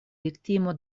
viktimo